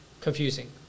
confusing